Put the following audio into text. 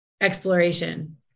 exploration